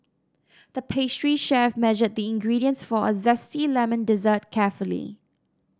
the pastry chef measured the ingredients for a zesty lemon dessert carefully